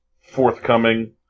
forthcoming